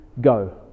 go